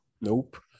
Nope